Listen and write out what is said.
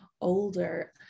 older